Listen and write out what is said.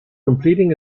completing